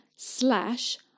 Slash